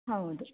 ಹೌದು